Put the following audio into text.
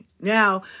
now